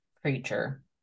creature